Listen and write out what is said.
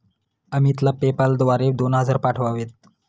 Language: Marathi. अमितला पेपाल द्वारे दोन हजार पाठवावेत